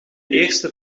eerste